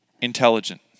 intelligent